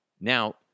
Now